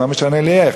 זה לא משנה לי איך.